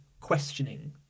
questioning